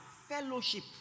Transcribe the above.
Fellowship